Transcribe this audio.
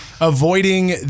avoiding